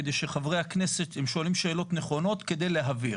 כדי שחה"כ הם שואלים שאלות נכונות, כדי להבהיר.